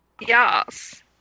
Yes